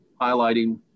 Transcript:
highlighting